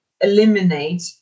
eliminate